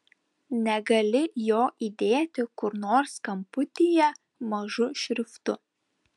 negali jo įdėti kur nors kamputyje mažu šriftu